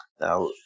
Now